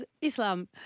Islam